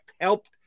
helped